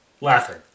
laughing